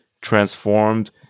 transformed